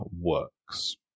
works